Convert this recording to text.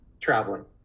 traveling